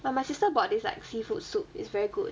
but my sister bought this like seafood soup it's very good